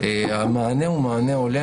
המענה הוא מענה הולם,